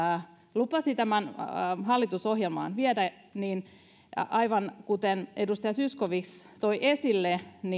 lupasi tämän hallitusohjelmaan viedä niin aivan kuten edustaja zyskowicz toi esille